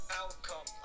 outcome